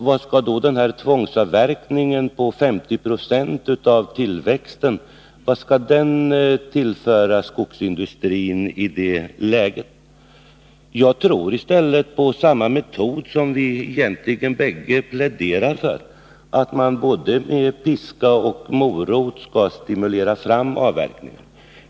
Vad skall då tvångsavverkningen på 50 96 av tillväxten tillföra skogsindustrin i detta läge? Jag tror i stället på samma metod som vi egentligen bägge pläderar för: att man med både piska och morot kan stimulera fram avverkningen.